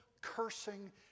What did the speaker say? cursing